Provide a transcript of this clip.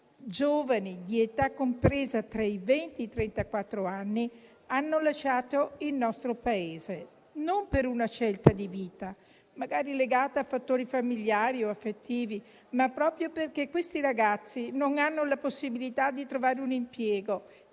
giovani di età compresa tra i venti e i trentaquattro anni hanno lasciato il nostro Paese, non per una scelta di vita magari legata a fattori familiari o affettivi, ma proprio perché questi ragazzi non hanno la possibilità di trovare un impiego